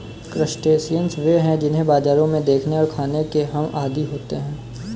crustaceans वे हैं जिन्हें बाजारों में देखने और खाने के हम आदी होते हैं